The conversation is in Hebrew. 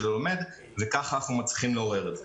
הלומד וככה אנחנו מצליחים לעורר את זה.